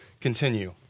continue